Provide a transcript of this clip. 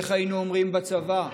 ואיך היינו אומרים בצבא?